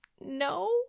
no